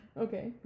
Okay